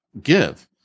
give